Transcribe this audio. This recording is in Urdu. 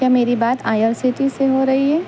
کیا میری بات آئی آر سی ٹی سے ہو رہی ہے